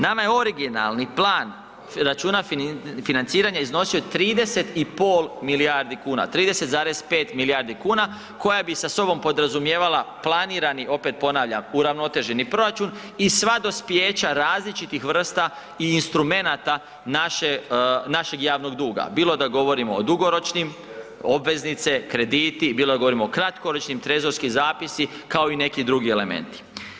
Nama je originalni plan računa financiranja iznosio 30,5 milijardi kuna koja bi sa sobom podrazumijevala planirani opet ponavljam, uravnoteženi proračun i sva dospijeća različitih vrsta i instrumenata našeg javnog duga, bilo da govorimo o dugoročnim obveznice, krediti, bilo da govorimo o kratkoročnim, trezorski zapisi kao i neki drugi elementi.